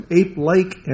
ape-like